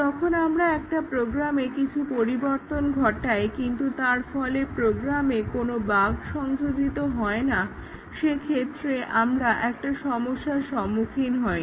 যখন আমরা একটা প্রোগ্রামে কিছু পরিবর্তন ঘটাই কিন্তু তার ফলে প্রোগ্রামে কোনো বাগ সংযোজিত হয় না সেক্ষেত্রে আমরা একটা সমস্যার সম্মুখীন হই